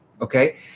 Okay